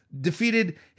defeated